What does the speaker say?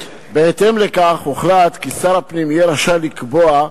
בהתאם לכך הוחלט כי שר הפנים יהיה רשאי לקבוע,